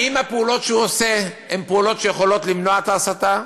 האם הפעולות שהוא עושה יכולות למנוע את ההסתה?